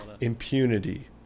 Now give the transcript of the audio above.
Impunity